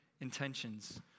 intentions